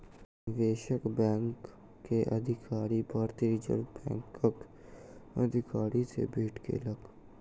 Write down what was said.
निवेशक बैंक के अधिकारी, भारतीय रिज़र्व बैंकक अधिकारी सॅ भेट केलक